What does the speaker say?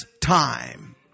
time